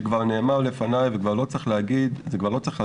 שכבר נאמר לפני ולא צריך לומר שוב,